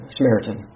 Samaritan